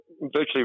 virtually